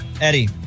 Eddie